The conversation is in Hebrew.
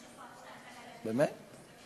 באמת?